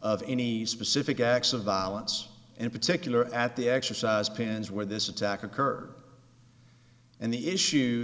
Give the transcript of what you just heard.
of any specific acts of violence in particular at the exercise pans where this attack occur and the issues